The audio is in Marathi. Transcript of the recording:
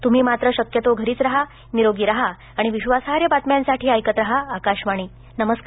तुम्ही मात्र शक्यतो घरीच रहा निरोगी रहा आणि विश्वासार्ह बातम्यांसाठी ऐकत रहा आकाशवाणी नमस्कार